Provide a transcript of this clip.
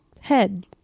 head